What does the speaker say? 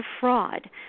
fraud